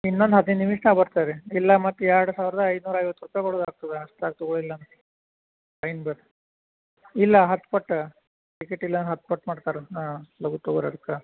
ಇನ್ನೊಂದು ಹದಿನೈದು ನಿಮಿಷ್ನಾಗ ಬರ್ತಾರೆ ಇಲ್ಲ ಮತ್ತು ಎರಡು ಸಾವಿರದ ಐದ್ನೂರ ಐವತ್ತು ರೂಪಾಯಿ ಕೊಡುದ ಆಗ್ತದ ಅಷ್ಟ್ರಾಗ ತಗೋ ಇಲ್ಲ ಫೈನ್ ಬೀಳ್ ಇಲ್ಲ ಹತ್ತು ಪಟ್ಟು ಟಿಕಿಟ್ ಇಲ್ಲರ ಹತ್ತು ಪಟ್ಟು ಮಾಡ್ತರ ಹಾಂ ಲಗು ತಗೋರಿ ಅದ್ಕ